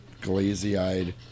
glazy-eyed